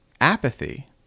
Apathy